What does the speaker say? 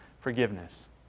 forgiveness